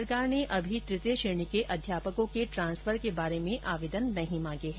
सरकार ने अभी तृतीय श्रेणी के अध्यापकों के ट्रांसफर में बारे में आवेदन नहीं मांगे हैं